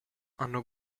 hanno